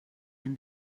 when